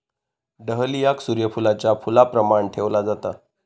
डहलियाक सूर्य फुलाच्या फुलाप्रमाण ठेवला जाता